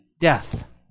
death